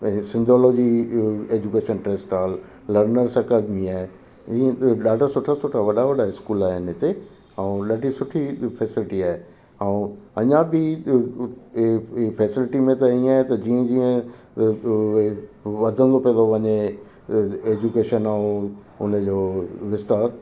ऐं सिंधोलोजी इहो education trust आल लंडन्स अकादमी आहे इहे ॾाढा सुठा सुठा वॾा वॾा स्कूल आहिनि हिते ऐं ॾाढी सुठी फेसिलिटी आहे ऐं अञा बि इहे फेसिलिटी में त ईअं आहे त जीअं जीअं वधंदो पियो थो वञे एजुकेशन ऐं उन जो विस्तार